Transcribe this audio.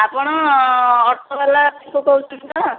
ଆପଣ ଅଟୋବାଲା ଅଫିସରୁ କହୁଛନ୍ତି ତ